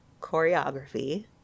Choreography